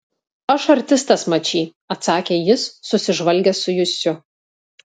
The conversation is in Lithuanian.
aš artistas mačy atsakė jis susižvalgęs su jusiu